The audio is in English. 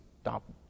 stop